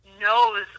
knows